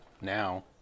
now